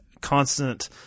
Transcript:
constant